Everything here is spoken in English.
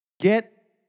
Get